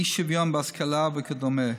אי-שוויון בהשכלה וכדומה.